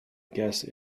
guess